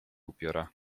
upiora